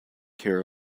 care